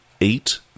eight